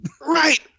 right